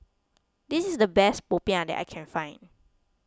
this is the best Popiah that I can find